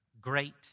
great